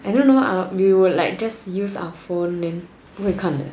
I don't know ah you will just use like our phone then 不会看的